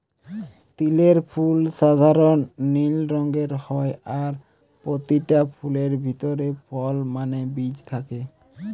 তিলের ফুল সাধারণ নীল রঙের হয় আর পোতিটা ফুলের ভিতরে ফল মানে বীজ থাকে